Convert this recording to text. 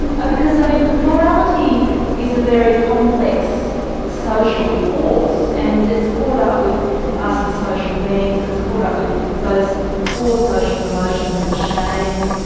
because um morality is a very complex social force and it's caught up with us as social beings, it's caught up with those core social emotions of shame,